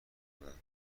بودند